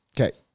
Okay